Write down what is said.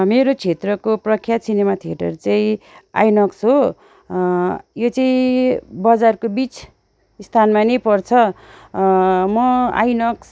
मेरो क्षेत्रको प्रख्यात सिनेमा थिएटर चाहिँ आइनक्स हो यो चाहिँ बजारको बिच स्थानमा नै पर्छ म आइनक्स